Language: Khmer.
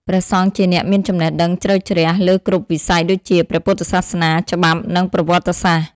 ព្រះសង្ឃជាអ្នកមានចំណេះដឹងជ្រៅជ្រះលើគ្រប់វិស័យដូចជា ព្រះពុទ្ធសាសនា ច្បាប់ និង ប្រវត្តិសាស្ត្រ ។